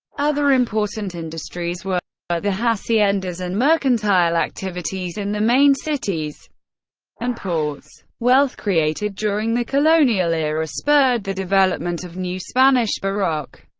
other important industries were but the haciendas and mercantile activities in the main cities and ports. wealth created during the colonial era spurred the development of new spanish baroque.